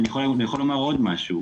אני יכול לומר עוד משהו,